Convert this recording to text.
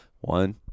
one